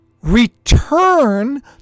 Return